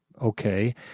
okay